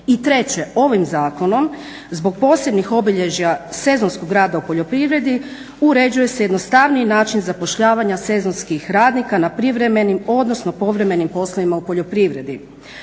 I treće, ovim zakonom zbog posebnih obilježja sezonskog rada u poljoprivredi uređuje se jednostavniji način zapošljavanja sezonskih radnika na privremenim, odnosnom povremenim poslovima u poljoprivredi.